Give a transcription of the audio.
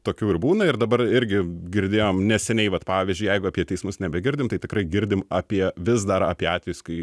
tokių ir būna ir dabar irgi girdėjom neseniai vat pavyzdžiui jeigu apie teismus nebegirdim tai tikrai girdim apie vis dar apie atvejus kai